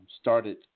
started